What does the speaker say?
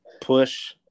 push